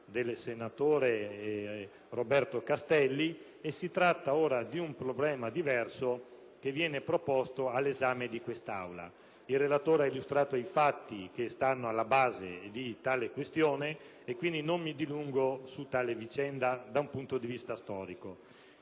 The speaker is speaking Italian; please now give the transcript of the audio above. del senatore Roberto Castelli e si tratta ora di un problema diverso che viene proposto all'esame di questa Assemblea. Il relatore ha illustrato i fatti che stanno alla base di tale questione e quindi non mi dilungo sulla vicenda da un punto di vista storico.